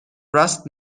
راست